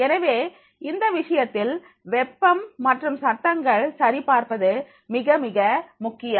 எனவே இந்த விஷயத்தில் வெப்பம் மற்றும் சத்தங்கள் சரி பார்ப்பது மிக மிக முக்கியம்